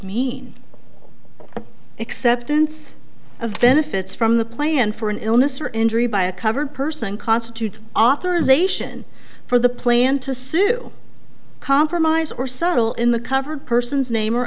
mean acceptance of benefits from the plan for an illness or injury by a covered person constitutes authorization for the plan to sue compromised or subtle in the covered person's name or